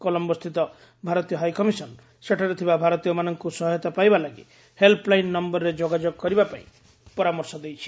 କଲମ୍ବୋସ୍ଥିତ ଭାରତୀୟ ହାଇକମିସନ ସେଠାରେ ଥିବା ଭାରତୀୟମାନଙ୍କୁ ସହାୟତା ପାଇବା ଲାଗି ହେଲ୍ପଲାଇନ୍ ନମ୍ଭରରେ ଯୋଗାଯୋଗ କରିବା ପାଇଁ ପରାମର୍ଶ ଦେଇଛି